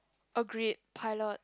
agreed pilot